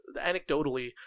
anecdotally